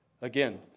Again